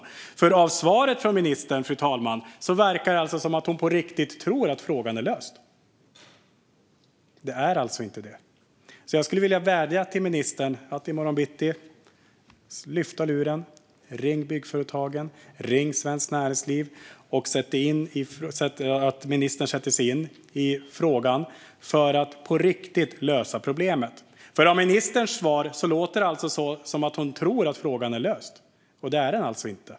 Att döma av svaret från ministern, fru talman, verkar det som att hon på riktigt tror att frågan är löst. Det är den inte. Jag skulle vilja vädja till ministern att i morgon bitti lyfta luren, ringa Byggföretagen och Svenskt Näringsliv och sätta sig in i frågan för att på riktigt lösa problemet. Ministerns svar låter som att hon tror att frågan är löst, men det är den alltså inte.